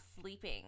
sleeping